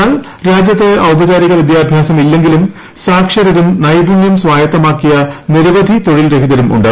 എന്നാൽ രാജ്യത്ത് ഔപചാരിക വിദ്യാഭ്യാസം ഇല്ലെങ്കിലും സാക്ഷരരും നൈപുണ്യം സ്വായത്തമാക്കിയ നിരവധി തൊഴിൽ രഹിതരും ഉണ്ട്